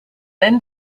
then